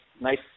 nice